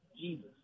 Jesus